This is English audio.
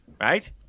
Right